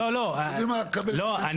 לא עם